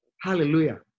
Hallelujah